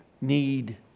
need